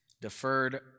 deferred